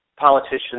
politicians